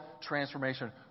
transformation